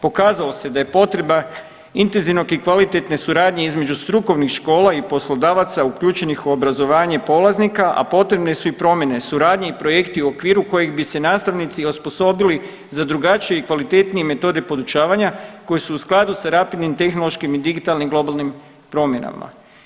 Pokazalo se da je potreba intenzivnog i kvalitetne suradnje između strukovnih škola i poslodavaca uključenih u obrazovanje polaznika, a potrebne su i potrebe suradnje i projekti u okviru kojih bi se nastavnici osposobili za drugačije i kvalitetnije metode podučavanja koje su u skladu sa rapidnim tehnološkim i digitalnim globalnim promjenama.